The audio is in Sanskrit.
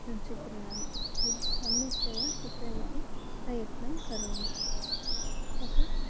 चित्रयामि किन्तु सम्यक्तया चित्रयितुं प्रयत्नं करोमि तदा